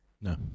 No